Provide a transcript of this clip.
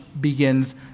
begins